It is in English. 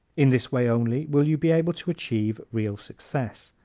in this way only will you be able to achieve real success.